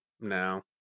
no